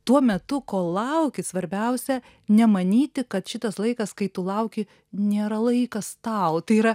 tuo metu kol lauki svarbiausia nemanyti kad šitas laikas kai tu lauki nėra laikas tau tai yra